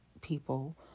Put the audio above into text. people